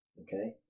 Okay